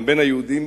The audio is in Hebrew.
וגם בין היהודים,